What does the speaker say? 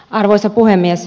arvoisa puhemies